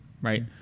Right